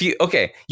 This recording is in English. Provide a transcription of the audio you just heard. Okay